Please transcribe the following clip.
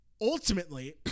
ultimately